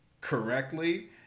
Correctly